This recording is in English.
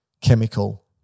chemical